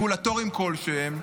רגולטוריים כלשהם,